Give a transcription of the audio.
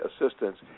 assistance